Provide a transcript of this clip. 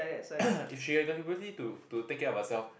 if she got capability to to take care herself